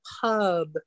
pub